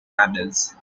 handles